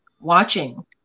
watching